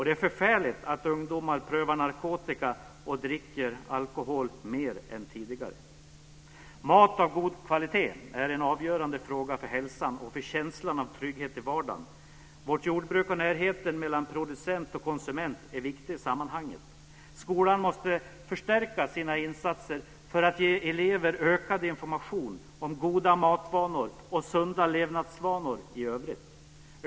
Det är förfärligt att ungdomar prövar narkotika och dricker alkohol mer än tidigare. Mat av god kvalitet är en avgörande fråga för hälsan och för känslan av trygghet i vardagen. Vårt jordbruk och närheten mellan producent och konsument är viktiga i sammanhanget. Skolan måste förstärka sina insatser för att ge elever ökad information om goda matvanor och sunda levnadsvanor i övrigt.